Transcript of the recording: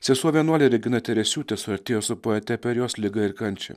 sesuo vienuolė regina teresiūtė suartėjo su poete per jos ligą ir kančią